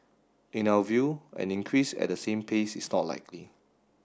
in our view an increase at the same pace is not likely